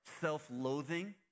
self-loathing